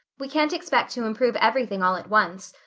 we can't expect to improve everything all at once.